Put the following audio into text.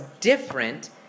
different